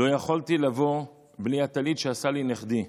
לא יכולתי לבוא בלי הטלית שעשה לי נכדי.